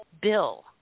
bill